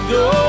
go